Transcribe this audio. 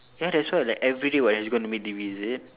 ya that's why like everyday what you're just gonna meet Devi is it